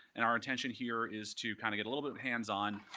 and our intention here is to kind of get a little bit hands on.